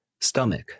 Stomach